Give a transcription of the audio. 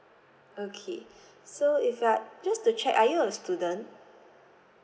okay so if you are just to check are you a student